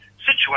situation